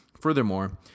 Furthermore